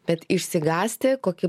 bet išsigąsti koki